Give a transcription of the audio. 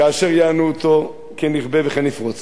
כאשר יענו אותו כן ירבה וכן יפרוץ.